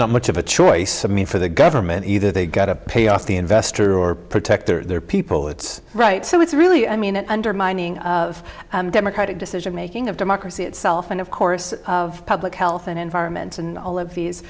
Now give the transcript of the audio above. not much of a choice i mean for the government either they've got to pay off the investor or protect their people it's right so it's really i mean an undermining of democratic decision making of democracy itself and of course of public health and environment and all of these